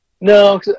No